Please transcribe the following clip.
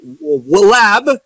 lab